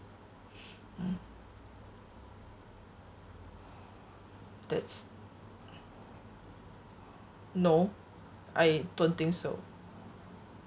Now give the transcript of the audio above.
mm that's no I don't think so